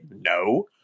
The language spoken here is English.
no